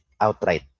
outright